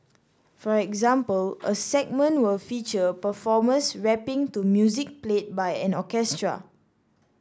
for example a segment will feature performers rapping to music played by an orchestra